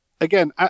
again